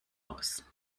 aus